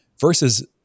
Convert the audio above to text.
versus